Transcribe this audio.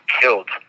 killed